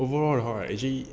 overall right actually